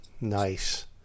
Nice